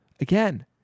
Again